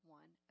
one